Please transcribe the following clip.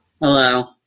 Hello